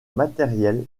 matériels